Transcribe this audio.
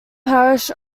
parish